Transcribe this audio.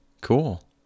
Cool